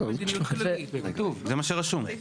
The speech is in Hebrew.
זה מה שכתוב.